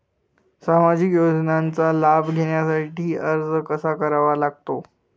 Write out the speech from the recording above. सामाजिक योजनांचा लाभ घेण्यासाठी अर्ज कसा करावा लागतो?